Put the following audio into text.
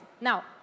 Now